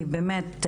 כי באמת,